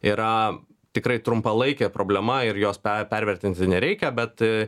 yra tikrai trumpalaikė problema ir jos pe pervertinti nereikia bet